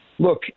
Look